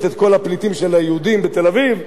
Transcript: את כל הפליטים של היהודים מתל-אביב.